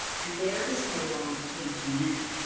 and there the snowballing came to an end.